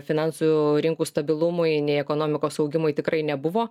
finansų rinkų stabilumui nei ekonomikos augimui tikrai nebuvo